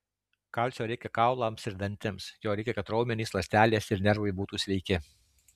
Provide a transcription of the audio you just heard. kalcio reikia kaulams ir dantims jo reikia kad raumenys ląstelės ir nervai būtų sveiki